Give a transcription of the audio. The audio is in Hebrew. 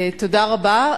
תודה רבה.